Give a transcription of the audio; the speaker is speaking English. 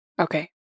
Okay